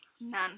None